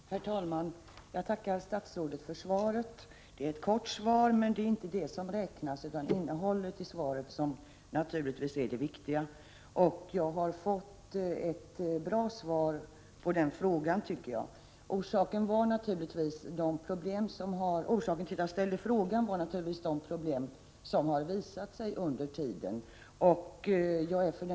Prot. 1987/88:76 Herr talman! Jag tackar statsrådet för svaret. Det är ett kort svar, men det — 25 februari 1988 är inte längden som räknas, utan det är naturligtvis innehållet som är det lag till Natioviktiga. Jag har fått ett bra svar på min fråga, tycker jag. Organs SA Ae : å É 2 Lag nella folkrörelsekom Orsaken till att jag ställde frågan var att det visat sig att det funnits vissa milién problem under den tid som lagen varit i kraft.